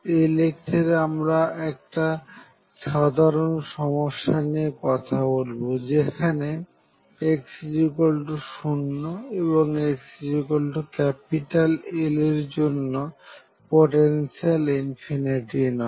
এই লেকচারে আমরা একটা সাধারন সমস্যা নিয়ে কথা বলব যেখানে x0 এবং xL এর জন্য পোটেনশিয়াল নয়